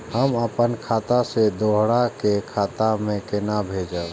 हम आपन खाता से दोहरा के खाता में केना भेजब?